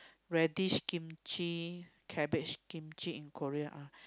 radish kimchi cabbage kimchi in Korea ah